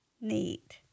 neat